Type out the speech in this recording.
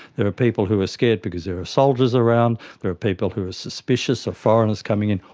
there are people who are scared because there are soldiers around, there are people who are suspicious of foreigners coming in,